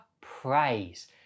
praise